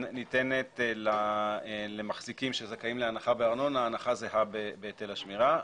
ניתנת למחזיקים שזכאים להנחה בארנונה הנחה זהה בהיטל השמירה.